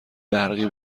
برقی